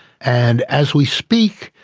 and as we speak,